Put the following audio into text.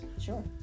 Sure